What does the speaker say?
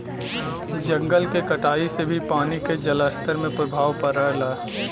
जंगल के कटाई से भी पानी के जलस्तर में प्रभाव पड़ला